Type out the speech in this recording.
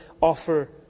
offer